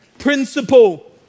Principle